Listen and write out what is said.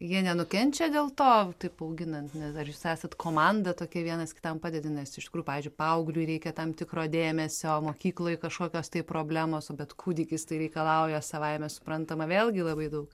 jie nenukenčia dėl to taip auginant nes ar jūs esat komanda tokia vienas kitam padeda nes iš tikrųjų pavyzdžiui paaugliui reikia tam tikro dėmesio mokykloj kažkokios tai problemos bet kūdikis tai reikalauja savaime suprantama vėlgi labai daug